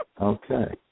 okay